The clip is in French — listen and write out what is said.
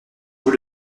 vous